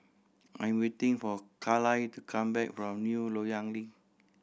I'm waiting for Kyle to come back from New Loyang Link